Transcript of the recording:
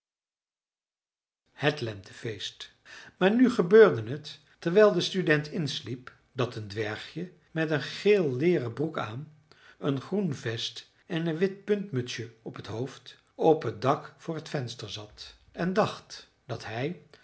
het lentefeest maar nu gebeurde het terwijl de student insliep dat een dwergje met een geel leeren broek aan een groen vest en een wit puntmutsje op het hoofd op het dak voor het venster zat en dacht dat hij